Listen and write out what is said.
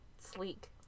sleek